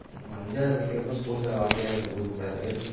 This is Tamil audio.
நான் அஞ்சாவது படிக்கிறப்போ ஸ்கூலில் வாத்தியார் சொல்லிக் கொடுத்தாரு